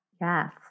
Yes